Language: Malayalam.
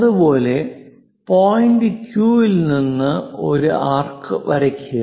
അതുപോലെ പോയിന്റ് Q ൽ നിന്ന് ഒരു ആർക്ക് വരയ്ക്കുക